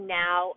now